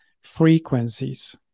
frequencies